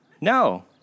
No